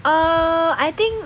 err I think